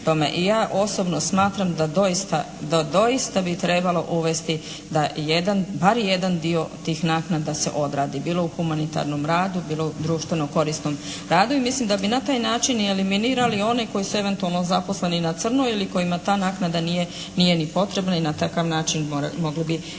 Ja osobno smatram da doista bi trebalo uvesti da jedan dio, bar jedan dio naknada tih se odradi bilo u humanitarnom radu, bilo društveno korisnom radu i mislim da bi na taj način eliminirali one koji su eventualno zaposleni na crno ili kojima ta naknada nije ni potrebna i na takav način mogli bi riješiti